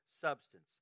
substance